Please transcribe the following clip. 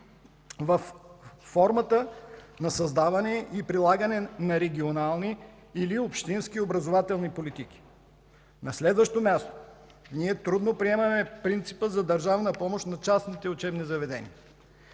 във формата на създаване и прилагане на регионални или общински образователни политики. На следващо място, ние трудно приемаме принципа за държавна помощ на частните учебни заведения